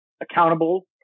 accountable